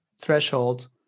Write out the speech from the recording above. thresholds